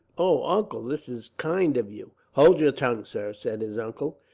oh, uncle, this is kind of you! hold your tongue, sir, said his uncle,